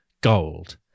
gold